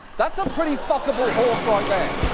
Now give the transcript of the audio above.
that's a pretty fuckable horse right there.